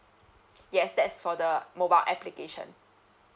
yes that's for the mobile application